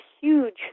huge